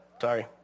Sorry